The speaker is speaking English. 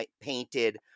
painted